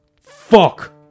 Fuck